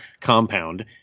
compound